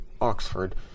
Oxford